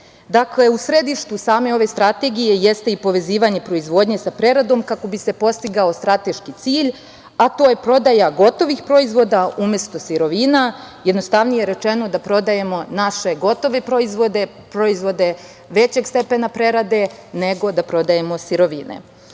Dakle, u središtu same ove strategije jeste i povezivanje proizvodnje sa preradom, kako bi se postigao strateški cilj, a to je prodaja gotovih proizvoda umesto sirovina, jednostavnije rečeno, da prodajemo naše gotove proizvode, proizvode većeg stepena prerade, nego da prodajemo sirovine. Ono